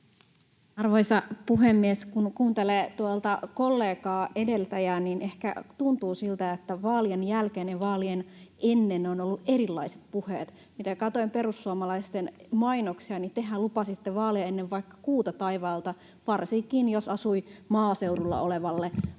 Arvoisa puhemies! Kun kuuntelee tuolta kollegaa, edeltäjää, niin ehkä tuntuu siltä, että vaalien jälkeen ja vaaleja ennen ovat olleet erilaiset puheet. Mitä katsoin perussuomalaisten mainoksia, niin tehän lupasitte vaaleja ennen vaikka kuuta taivaalta varsinkin maaseudulla olevalle ihmiselle,